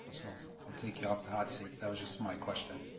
so i'll take you off the hot seat, that was just my question,